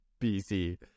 BC